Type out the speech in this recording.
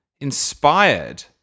inspired